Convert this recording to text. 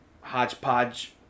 hodgepodge